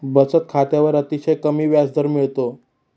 बचत खात्यावर अतिशय कमी व्याजदर मिळतो